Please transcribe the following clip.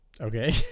Okay